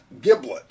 Giblet